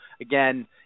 Again